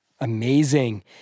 Amazing